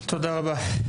תודה רבה.